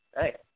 hey